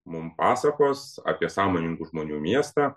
mum pasakos apie sąmoningų žmonių miestą